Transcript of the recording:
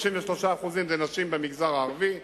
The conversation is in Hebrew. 33% הם נשים במגזר הערבי,